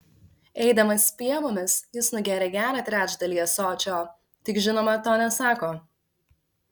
eidamas pievomis jis nugėrė gerą trečdalį ąsočio tik žinoma to nesako